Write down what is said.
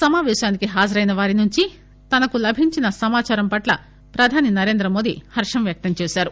సమాపేశానికి హాజరైన వారినుంచి తనకు లభించిన సమాచారంపట్ల ప్రధాని నరేంద్ర మోదీ హర్షం వ్యక్తం చేశారు